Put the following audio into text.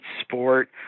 sport